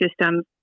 system